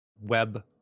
web